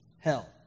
hell